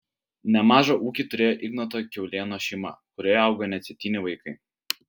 nemažą ūkį turėjo ignoto kiaulėno šeima kurioje augo net septyni vaikai